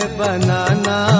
banana